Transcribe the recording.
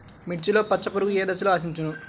మిర్చిలో పచ్చ పురుగు ఏ దశలో ఆశించును?